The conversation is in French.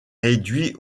réduit